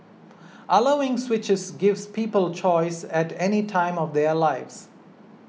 allowing switches gives people choice at any time of their lives